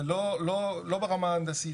זה לא ברמה הנדסית,